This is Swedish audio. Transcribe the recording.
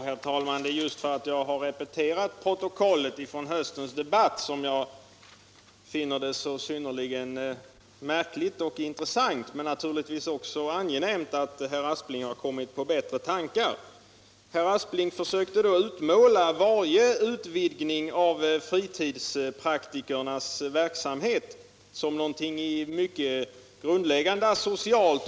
Herr talman! Det är just därför att jag har repeterat protokollet från höstens debatt som jag finner det så synnerligen märkligt och intressant, men naturligtvis också angenämt, att herr Aspling kommit på bättre tankar. Herr Aspling försökte då utmåla varje utvidgning av fritidspraktikernas verksamhet som någonting mycket grundläggande asocialt.